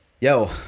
Yo